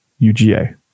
UGA